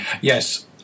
Yes